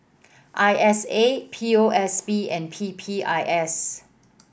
I S A P O S B and P P I S